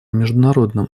международным